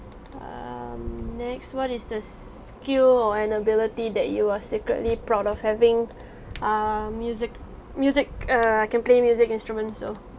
um next one what is a skill or an ability that you are secretly proud of having err music music err I can play music instruments so